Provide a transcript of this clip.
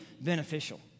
beneficial